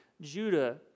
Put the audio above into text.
Judah